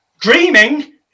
Dreaming